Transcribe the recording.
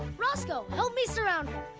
roscoe, help me surround her!